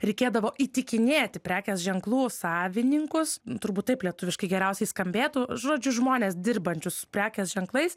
reikėdavo įtikinėti prekės ženklų savininkus turbūt taip lietuviškai geriausiai skambėtų žodžiu žmones dirbančius su prekės ženklais